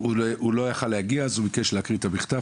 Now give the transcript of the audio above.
לא יכול להגיע אז הוא שלח מכתב.